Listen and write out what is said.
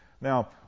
Now